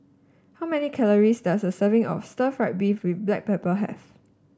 how many calories does a serving of stir fry beef with Black Pepper have